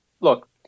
look